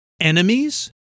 Enemies